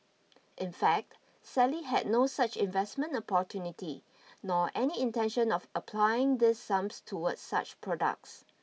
in fact Sally had no such investment opportunity nor any intention of applying these sums towards such products